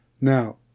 Now